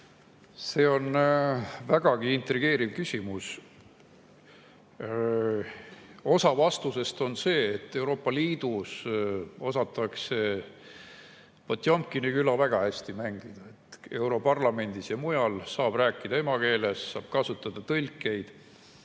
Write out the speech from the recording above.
See on vägagi intrigeeriv küsimus. Osa vastusest on see, et Euroopa Liidus osatakse Potjomkini küla väga hästi mängida. Europarlamendis ja mujal saab rääkida emakeeles, saab kasutada tõlkeid.